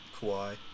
Kawhi